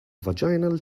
vaginal